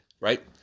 Right